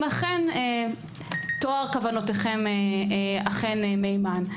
אם אכן טוהר כוונותיכם מהימן,